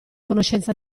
conoscenza